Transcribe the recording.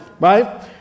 right